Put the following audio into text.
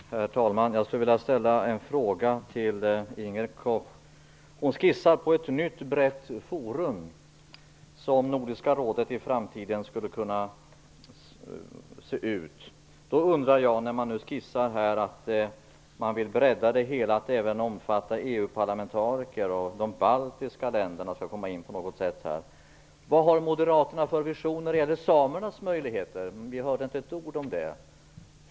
Herr talman! Jag skulle vilja ställa en fråga till Inger Koch. Hon skissar på hur Nordiska rådet skulle kunna se ut i framtiden - ett nytt brett forum. Om man vill bredda detta till att omfatta även EU parlamentariker och att även de baltiska länderna skall komma in på något sätt, undrar jag vilka visioner Moderaterna har när det gäller samernas möjligheter? Vi hörde inte ett ord om det.